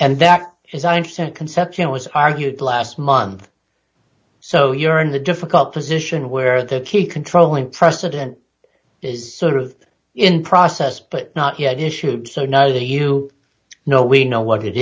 and that is i understand conception was argued last month so you're in the difficult position where the key controlling precedent is sort of in process but not yet issued so now you know we know what it